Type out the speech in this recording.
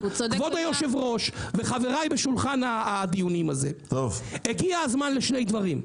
כבוד היושב-ראש וחבריי לשולחן הדיונים לשני דברים: